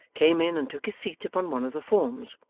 came in and took his seat upon one of the forms.